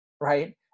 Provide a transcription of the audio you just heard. right